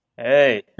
Hey